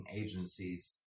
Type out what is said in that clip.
agencies